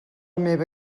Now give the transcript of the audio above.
meva